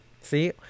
See